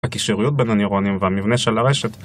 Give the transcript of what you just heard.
הקישריות בין הנירונים, והמבנה של הרשת.